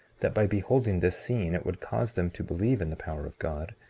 that by beholding this scene it would cause them to believe in the power of god,